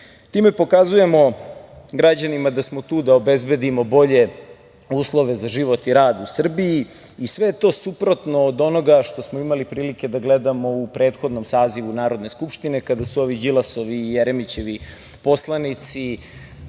Time pokazujemo građanima da smo tu da obezbedimo bolje uslove za život i rad u Srbiji i sve to suprotno od onoga što smo imali prilike da gledamo u prethodnom sazivu Narodne skupštine kada su ovi Đilasovi i Jeremićevi poslanici